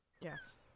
Yes